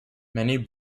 many